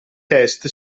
test